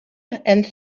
and